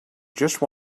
just